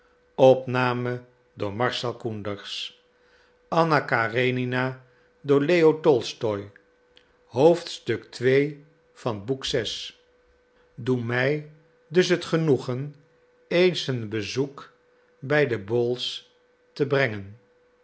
doe mij dus het genoegen eens een bezoek bij de bohls te brengen